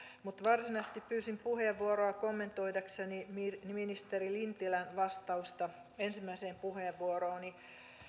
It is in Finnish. mutta varsinaisesti pyysin puheenvuoroa kommentoidakseni ministeri lintilän vastausta ensimmäiseen puheenvuorooni